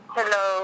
Hello